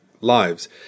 lives